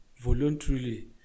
voluntarily